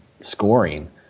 scoring